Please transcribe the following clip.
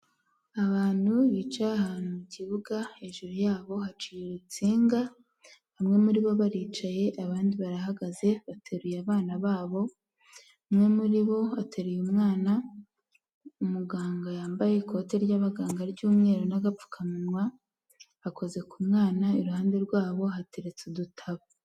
Abantu bicaye ahantu mu kibuga, hejuru yabo haciye itsinga, bamwe muri bo baricaye abandi barahagaze bateruye abana babo, umwe muri bo ateruye umwana. Umuganga yambaye ikote ry'abaganga ry'umweru n'agapfukamunwa, akoze ku mwana iruhande rwabo hateretse udutabo.